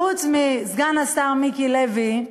חוץ מסגן השר מיקי לוי,